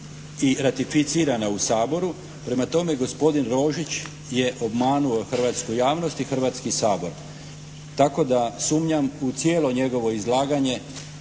i ratificirana u Saboru. Prema tome gospodin Rožić je obmanuo hrvatsku javnost i Hrvatski sabor. Tako da sumnjam u cijelo njegovo izlaganje